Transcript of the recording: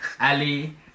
Ali